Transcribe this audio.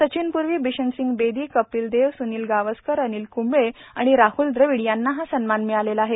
सचिनपूर्वी बिशन सिंग बेदी कपिल देव सूनिल गावस्कर अनिल कूंबळे आणि राहूल द्रविड यांना हा सन्मान मिळालेला आहे